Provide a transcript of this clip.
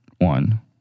one